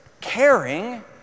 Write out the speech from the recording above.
caring